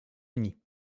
unis